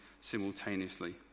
simultaneously